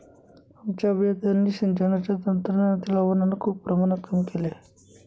आमच्या अभियंत्यांनी सिंचनाच्या तंत्रज्ञानातील आव्हानांना खूप प्रमाणात कमी केले आहे